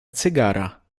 cygara